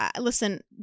Listen